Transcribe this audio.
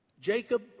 Jacob